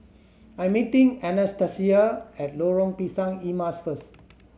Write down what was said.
I'm meeting Anastacia at Lorong Pisang Emas first